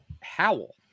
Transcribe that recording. howell